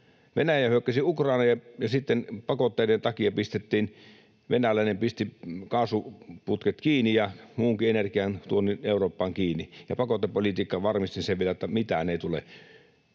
Venäjä hyökkäsi Ukrainaan, ja sitten pakotteiden takia venäläinen pisti kaasuputket kiinni ja muunkin energian tuonnin Eurooppaan kiinni, ja pakotepolitiikka varmisti sen vielä, että mitään ei tule.